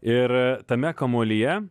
ir tame kamuolyje